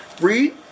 read